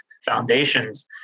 foundations